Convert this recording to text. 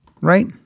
Right